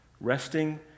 resting